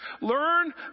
Learn